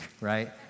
Right